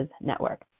Network